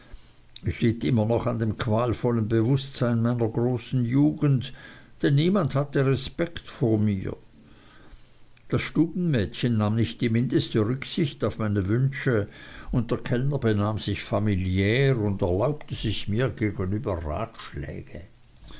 litt immer noch an dem qualvollen bewußtsein meiner großen jugend denn niemand hatte respekt vor mir das stubenmädchen nahm nicht die mindeste rücksicht auf meine wünsche und der kellner benahm sich familiär und erlaubte sich mir gegenüber ratschläge